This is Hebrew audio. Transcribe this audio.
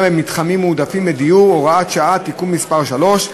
במתחמים מועדפים לדיור (הוראת שעה) (תיקון מס' 3),